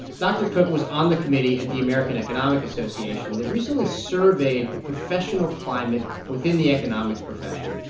dr. cook was on the committee at the american economic association that recently surveyed the professional climate within the economics profession,